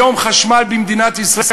היום חשמל במדינת ישראל,